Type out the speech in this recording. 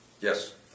Yes